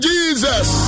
Jesus